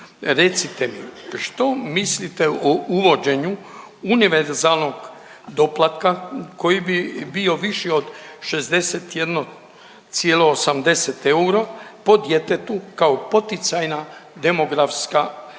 Recite mi što mislite o uvođenju univerzalnog doplatka koji bi bio viši od 61,80 euro po djetetu kao poticajna demografska mjera?